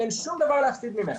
אין שום דבר להפסיד ממנה.